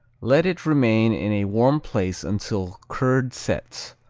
let it remain in a warm place until curd sets.